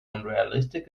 unrealistic